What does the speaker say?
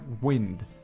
wind